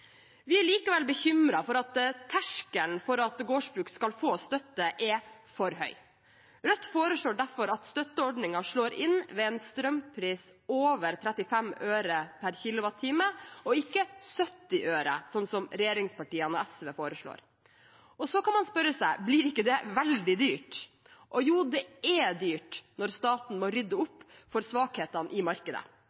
Vi er likevel bekymret for at terskelen for at gårdsbruk skal få støtte, er for høy. Rødt foreslår derfor at støtteordningen slår inn ved en strømpris på over 35 øre per kWh, og ikke 70 øre, slik regjeringspartiene og SV foreslår. Så kan man spørre seg: Blir ikke det veldig dyrt? Jo, det er dyrt når staten må rydde